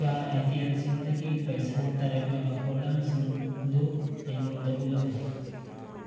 car ꯑꯥꯏꯇꯦꯝꯁꯤꯡꯗꯒꯤ ꯄꯩꯁꯥ ꯇꯥꯔꯛꯂꯕ ꯄꯣꯠꯂꯝꯁꯤꯡꯗꯨ ꯑꯩꯉꯣꯟꯗ ꯎꯠꯂꯛꯎ